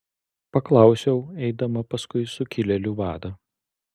paklausiau eidama paskui sukilėlių vadą